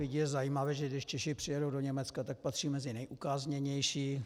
Je zajímavé, že když Češi přijedou do Německa, tak patří mezi nejukázněnější.